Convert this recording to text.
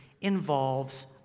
involves